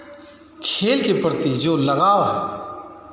खेल के प्रति जो लगाव है